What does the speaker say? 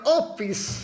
office